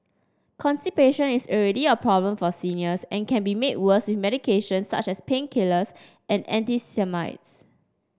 constipation is already a problem for seniors and can be made worse with medications such as painkillers and antihistamines